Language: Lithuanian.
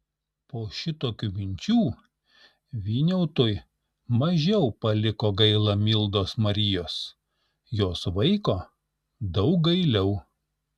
po šitokių minčių vyniautui mažiau paliko gaila mildos marijos jos vaiko daug gailiau